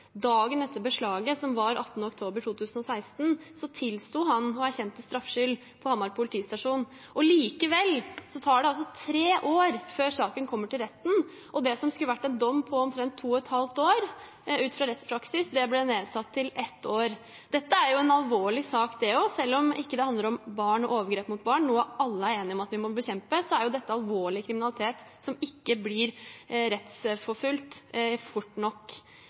Dagen etter beslaget, som var 18. oktober 2016, tilsto han og erkjente straffskyld på Hamar politistasjon. Likevel tar det altså tre år før saken kommer til retten. Og det som skulle vært en dom på omtrent to og et halvt år, ut ifra rettspraksis, ble nedsatt til ett år. Dette er også en alvorlig sak, selv om det ikke handler om barn og overgrep mot barn, noe alle er enige om at vi må bekjempe. Dette er alvorlig kriminalitet som ikke blir rettsforfulgt fort nok.